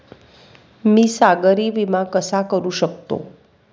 मी सागरी विमा कसा करू शकतो?